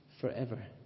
forever